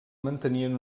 mantenien